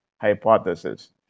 hypothesis